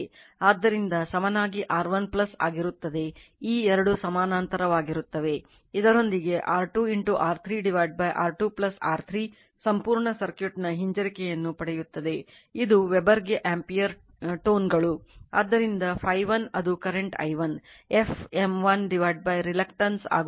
ಆದ್ದರಿಂದ ಸಮನಾಗಿ R1 ಆಗಿರುತ್ತದೆ ಈ ಎರಡು ಸಮಾನಾಂತರವಾಗಿರುತ್ತವೆ ಇದರೊಂದಿಗೆ R2 R3 R2 R3 ಸಂಪೂರ್ಣ ಸರ್ಕ್ಯೂಟ್ನ ಹಿಂಜರಿಕೆಯನ್ನು ಪಡೆಯುತ್ತದೆ ಇದು ವೆಬರ್ಗೆ ಆಂಪಿಯರ್ ಟೋನ್ಗಳು ಆದ್ದರಿಂದ Φ1 ಅದು current i1 f m1 reluctance ಆಗುತ್ತದೆ